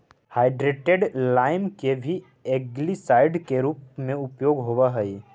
hydrated lime के भी algicide के रूप में उपयोग होव हई